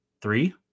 Three